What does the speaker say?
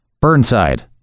Burnside